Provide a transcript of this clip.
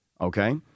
okay